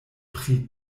pri